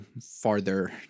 farther